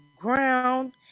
ground